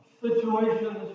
situation